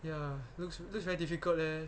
ya looks looks very difficult leh